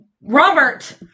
robert